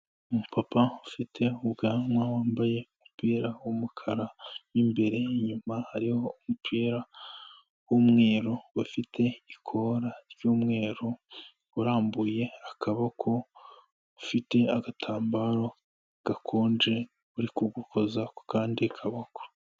Umupapa ufite ubwanwa wambaye umupira w'umukara mo imbere, inyuma hariho umupira w'umweru ufite ikora ry'umweru, urambuye akaboko, ufite agatambaro gakonje uri kugukoza ku kandi kaboko.